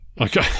Okay